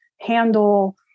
handle